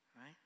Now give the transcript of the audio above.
Right